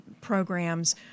programs